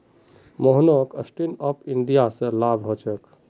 मोहनक stand up India स लाभ ह छेक